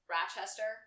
Rochester